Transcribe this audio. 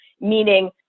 meaning